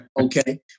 okay